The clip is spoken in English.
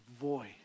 voice